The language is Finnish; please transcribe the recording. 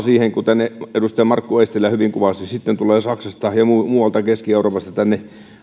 kuten edustaja markku eestilä hyvin kuvasi niin sitten tulee saksasta ja muualta keski euroopasta tänne